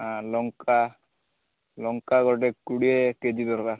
ହଁ ଲଙ୍କା ଲଙ୍କା ଗୋଟେ କୋଡ଼ିଏ କେ ଜି ଦରକାର